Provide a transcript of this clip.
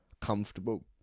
comfortable